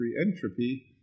entropy